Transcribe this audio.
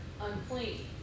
unclean